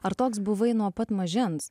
ar toks buvai nuo pat mažens